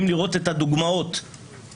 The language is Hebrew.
למה לתת דוגמה שלא קשורה